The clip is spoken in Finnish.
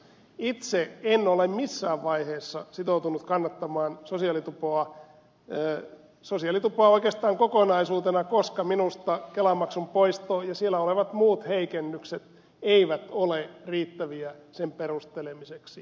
itse en ole missään vaiheessa sitoutunut kannattamaan sosiaalitupoa oikeastaan kokonaisuutena koska minusta kelamaksun poisto ja siellä olevat muut heikennykset eivät ole riittäviä sen perustelemiseksi